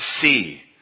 see